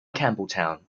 campbelltown